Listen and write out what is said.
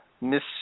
miss